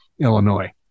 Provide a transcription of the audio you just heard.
Illinois